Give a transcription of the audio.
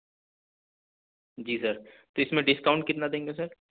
جی sir تو اس میں ڈسکاؤنٹ کتنا دیں گے سر